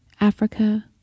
Africa